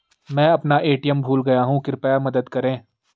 मैं अपना ए.टी.एम भूल गया हूँ, कृपया मदद करें